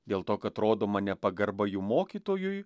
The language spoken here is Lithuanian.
dėl to kad rodoma nepagarba jų mokytojui